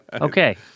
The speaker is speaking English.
Okay